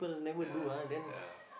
ya ya